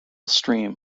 stream